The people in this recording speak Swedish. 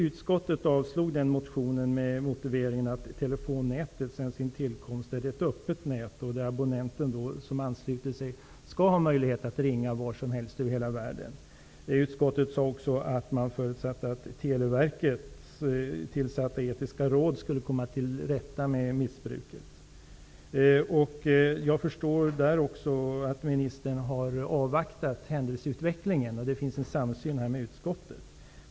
Utskottet avstyrkte motionen med motiveringen att telefonnätet sedan sin tillkomst är ett öppet telenät och att abonnenter som ansluter sig skall ha möjlighet att ringa vart som helst över hela världen. Utskottet sade också att man förutsatte att Televerkets etiska råd skulle komma till rätta med missbruket. Jag förstår att ministern har avvaktat händelseutvecklingen. Det finns en samsyn här med utskottet.